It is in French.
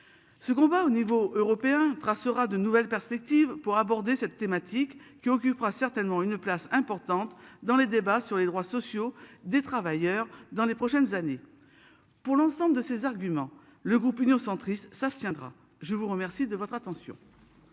Ce combat au niveau européen tracera à de nouvelles perspectives pour aborder cette thématique qui occupera certainement une place importante dans les débats sur les droits sociaux des travailleurs dans les prochaines années. Pour l'ensemble de ses arguments. Le groupe Union centriste, ça se tiendra je vous remercie de votre attention.